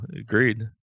agreed